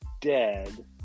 dead